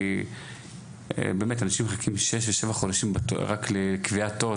כי אנשים מחכים 6-7 חודשים לקביעת תור.